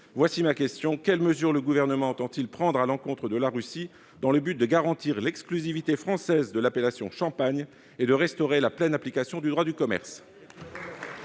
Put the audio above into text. Voici ma question : quelles mesures le Gouvernement entend-il prendre à l'encontre de la Russie dans le but de garantir l'exclusivité française de l'appellation « champagne » et de restaurer la pleine application du droit du commerce ?